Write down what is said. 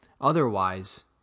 otherwise